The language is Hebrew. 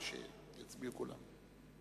שיצביעו כולם.